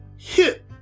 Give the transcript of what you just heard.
hit